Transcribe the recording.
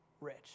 rich